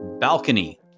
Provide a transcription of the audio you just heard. Balcony